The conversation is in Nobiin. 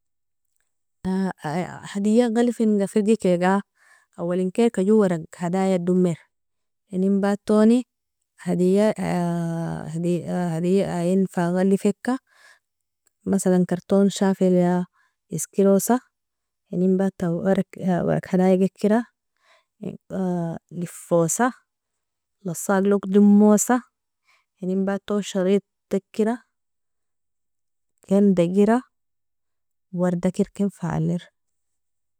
- hadia galifinga firgikiga awalinkelka jo warag hadaia domir, eninbatani hadia ienfa galifeka masalan karton shafil iskirosa, ieninbata warag hadaiga ikira lifosa lasaglog domosa, eninbatan sharit ikira ken digira wardaker ken fa aler.